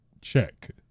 check